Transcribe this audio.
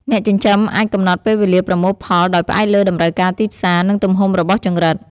អ្នកចិញ្ចឹមអាចកំណត់ពេលវេលាប្រមូលផលដោយផ្អែកលើតម្រូវការទីផ្សារ និងទំហំរបស់ចង្រិត។